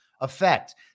effect